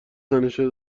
تنشه